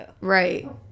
Right